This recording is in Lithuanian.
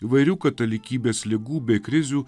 įvairių katalikybės ligų bei krizių